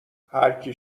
هرکی